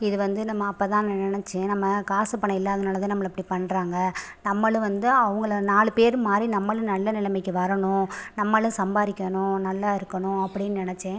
இது வந்து நம்ம அப்போ தான் நான் நினச்சேன் நம்ம காசு பணம் இல்லாதனால் தான் நம்மளை இப்படி பண்ணுறாங்க நம்மளும் வந்து அவங்கள நாலு பேர் மாதிரி நம்மளும் நல்ல நிலமைக்கு வரணும் நம்மளும் சம்பாரிக்கணும் நல்லாயிருக்கணும் அப்படின்னு நினச்சேன்